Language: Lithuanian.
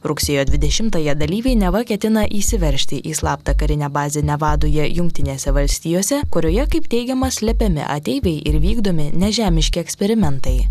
rugsėjo dvidešimtąją dalyviai neva ketina įsiveržti į slaptą karinę bazę nevadoje jungtinėse valstijose kurioje kaip teigiama slepiami ateiviai ir vykdomi nežemiški eksperimentai